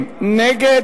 70 נגד,